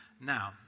Now